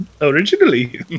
Originally